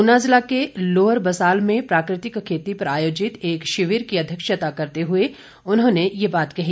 उना जिला के लोअर बसाल में प्राकृतिक खेती पर आयोजित एक शिविर की अध्यक्षता करते हुए उन्होंने ये बात कही